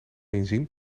inzien